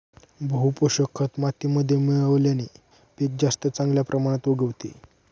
बहू पोषक खत मातीमध्ये मिळवल्याने पीक जास्त चांगल्या प्रमाणात उगवते